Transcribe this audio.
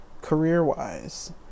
career-wise